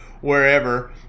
wherever